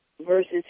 versus